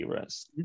risk